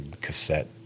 cassette